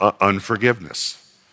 Unforgiveness